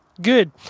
Good